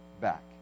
back